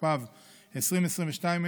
התשפ"ב 2022,